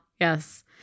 Yes